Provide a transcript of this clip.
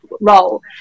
role